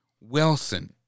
Wilson